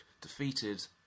defeated